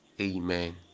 amen